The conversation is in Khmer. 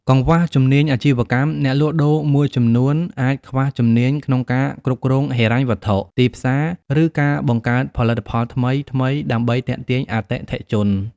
កង្វះជំនាញអាជីវកម្ម អ្នកលក់ដូរមួយចំនួនអាចខ្វះជំនាញក្នុងការគ្រប់គ្រងហិរញ្ញវត្ថុ ទីផ្សារ ឬការបង្កើតផលិតផលថ្មីៗដើម្បីទាក់ទាញអតិថិជន ។